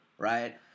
Right